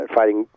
fighting